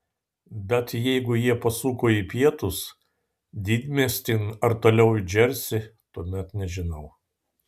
bet jeigu jie pasuko į pietus didmiestin ar toliau į džersį tuomet nežinau